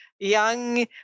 young